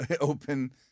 open